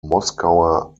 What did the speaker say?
moskauer